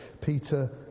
Peter